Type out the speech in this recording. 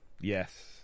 Yes